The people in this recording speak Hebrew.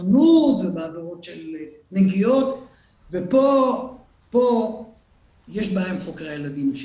תוקפנות ועבירות של נגיעות ופה יש בעיה עם חוקרי הילדים,